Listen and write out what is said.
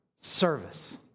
service